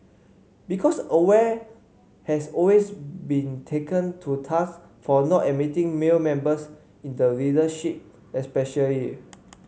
because Aware has always been taken to task for not admitting male members in the leadership especially